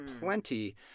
plenty